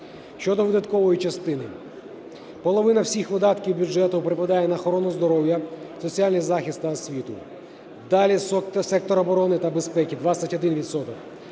Щодо видаткової частини. Половина всіх видатків бюджету припадає на охорону здоров'я, соціальний захист та освіту, далі сектор оборони та безпеки – 21